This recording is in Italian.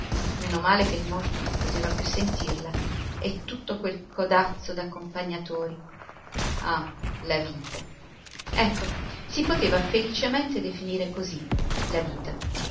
male che il morto non poteva più sentirla e tutto quel codazzo d'accompagnatori ah la vita ecco si poteva felicemente definire così la vita